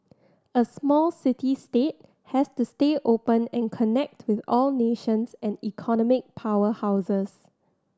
a small city state has to stay open and connect with all nations and economic powerhouses